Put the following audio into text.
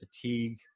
fatigue